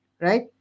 right